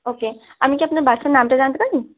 ও কে আমি কি আপনার বাচ্চার নামটা জানতে পারি